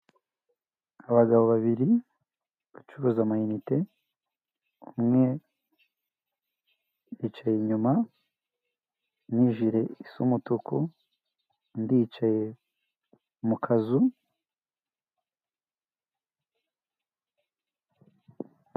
Abagabo babiri bacuruza amayinite umwe yicaye inyuma n'ijire isa umutuku undi yicaye mu kazu.